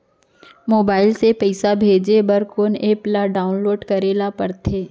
Mobile से पइसा भेजे बर कोन एप ल डाऊनलोड करे ला पड़थे?